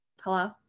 hello